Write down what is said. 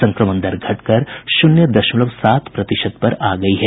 संक्रमण दर घटकर शून्य दशमलव सात प्रतिशत पर आ गयी है